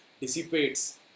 dissipates